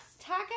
Talk